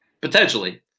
potentially